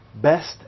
best